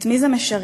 את מי זה משרת,